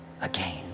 again